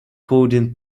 coding